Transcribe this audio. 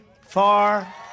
far